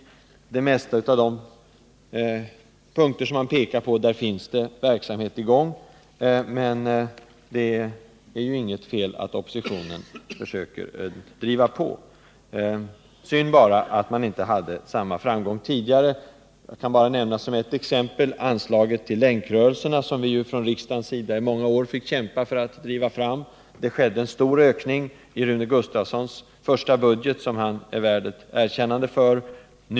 Beträffande de flesta av de punkter man pekar på finns verksamhet i gång, men det är inget fel att oppositionen försöker driva på. Synd bara att man inte hade samma framgång tidigare. Jag kan som ett exempel nämna anslaget till länkrörelserna, som vi från riksdagens sida fick kämpa i många år för att driva fram. Detta anslag höjdes väsentligt i Rune Gustavssons första budget. Det är han värd ett erkännande för.